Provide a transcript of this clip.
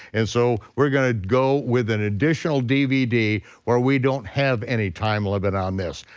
and so we're gonna go with an additional dvd where we don't have any time limit on this.